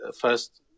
First